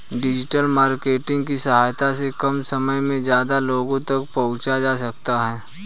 digital marketing की सहायता से कम समय में ज्यादा लोगो तक पंहुचा जा सकता है